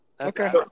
Okay